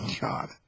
God